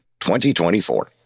2024